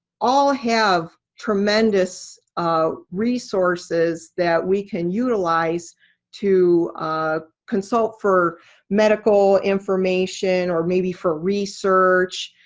all have tremendous ah resources that we can utilize to ah consult for medical information, or maybe for research,